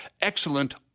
excellent